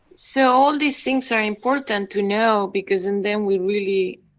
so, all these things are important to know, because in them we really.